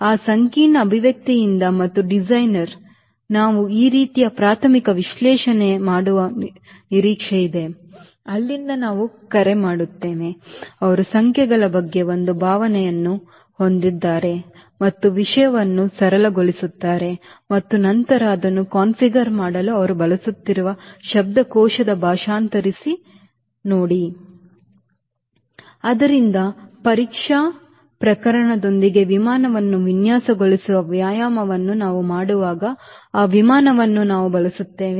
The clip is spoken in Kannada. ಈ ಸಂಕೀರ್ಣ ಅಭಿವ್ಯಕ್ತಿಯಿಂದ ಮತ್ತು ಡಿಸೈನರ್ ನಾವು ಈ ರೀತಿಯ ಪ್ರಾಥಮಿಕ ವಿಶ್ಲೇಷಣೆಯನ್ನು ಮಾಡುವ ನಿರೀಕ್ಷೆಯಿದೆ ಅಲ್ಲಿ ನಾವು ಕರೆ ಮಾಡುತ್ತೇವೆ ಅವರು ಸಂಖ್ಯೆಗಳ ಬಗ್ಗೆ ಒಂದು ಭಾವನೆಯನ್ನು ಹೊಂದಿದ್ದಾರೆ ಮತ್ತು ವಿಷಯವನ್ನು ಸರಳಗೊಳಿಸುತ್ತಾರೆ ಮತ್ತು ನಂತರ ಅದನ್ನು ಕಾನ್ಫಿಗರ್ ಮಾಡಲು ಅವರು ಬಳಸುತ್ತಿರುವ ಶಬ್ದಕೋಶಕ್ಕೆ ಭಾಷಾಂತರಿಸಿ ವಿಮಾನ ಆದ್ದರಿಂದ ಪರೀಕ್ಷಾ ಪ್ರಕರಣದೊಂದಿಗೆ ವಿಮಾನವನ್ನು ವಿನ್ಯಾಸಗೊಳಿಸುವ ವ್ಯಾಯಾಮವನ್ನು ನಾವು ಮಾಡುವಾಗ ಈ ವಿಧಾನವನ್ನು ನಾವು ಬಳಸುತ್ತೇವೆ